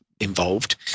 involved